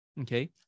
okay